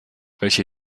welche